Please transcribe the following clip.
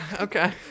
Okay